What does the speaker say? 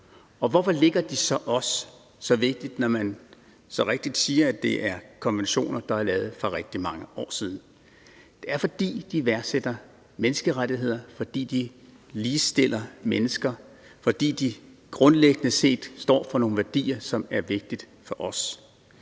Hvorfor er det så vigtigt for os, når man så rigtigt siger, at det er konventioner, der er lavet for rigtig mange år siden? Det er, fordi de værdsætter menneskerettighederne, fordi de ligestiller mennesker, fordi de grundlæggende står for nogle værdier, som er vigtige for os.